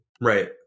Right